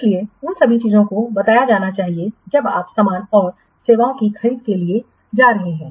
इसलिए उन सभी चीजों को बताया जाना चाहिए जब आप सामान और सेवाओं की खरीद के लिए जा रहे हैं